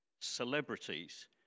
celebrities